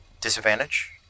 disadvantage